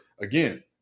Again